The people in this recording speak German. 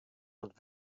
und